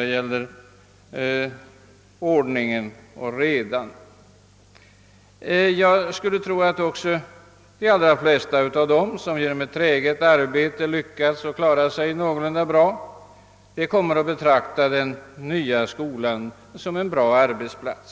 iaktta ordning och reda. Jag skulle tro att de allra flesta av dem som genom träget arbete lyckats klara sig någorlunda bra kommer att vara belåtna med den nya skolan som arbetsplats.